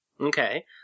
Okay